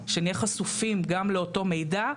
שנהיה חשופים גם לאותו מידע.